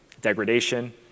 degradation